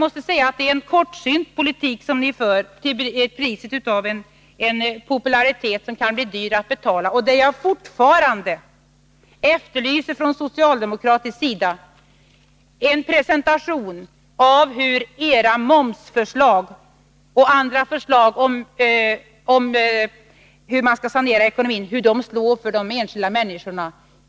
Det är en kortsynt politik, som ni för till priset av en popularitet som kan bli dyr att betala. Jag efterlyser fortfarande från socialdemokratisk sida en presentation av hur era momsförslag och andra förslag till hur man skall sanera ekonomin slår för de enskilda människorna.